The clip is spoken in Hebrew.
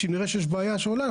שאם נראה שיש בעיה שעולה,